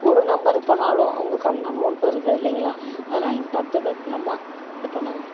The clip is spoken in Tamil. ஒரு நம்பர் இது பண்ணிணாலும் அவங்களுக்கு அந்த அமௌண்ட் வருது இல்லைங்களா அதனால் நீங்கள் பார்த்து பத்திரமா இது பண்ணுங்க